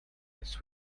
its